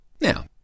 Now